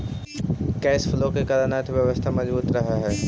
cash flow के कारण अर्थव्यवस्था मजबूत रहऽ हई